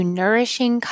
nourishing